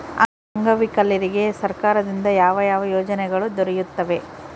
ಅಂಗವಿಕಲರಿಗೆ ಸರ್ಕಾರದಿಂದ ಯಾವ ಯಾವ ಯೋಜನೆಗಳು ದೊರೆಯುತ್ತವೆ?